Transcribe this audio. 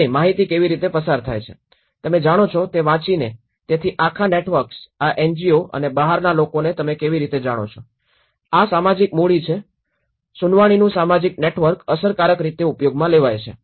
અને માહિતી કેવી રીતે પસાર થાય છે તમે જાણો છો તે વાંચીને તેથી આ આખા નેટવર્ક્સ આ એનજીઓ અને બહારના લોકોને તમે કેવી રીતે જાણો છો આ સામાજિક મૂડી છે સુનાવણીનું સામાજિક નેટવર્ક અસરકારક રીતે ઉપયોગમાં લેવાય છે